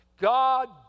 God